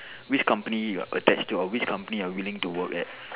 which company you're attached to or which company you're willing to work at